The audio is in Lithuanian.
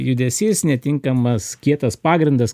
judesys netinkamas kietas pagrindas